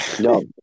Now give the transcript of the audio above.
No